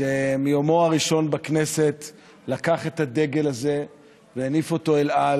שמיומו הראשון בכנסת לקח את הדגל הזה והניף אותו אל על: